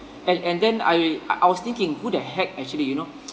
and and then I I was thinking who the heck actually you know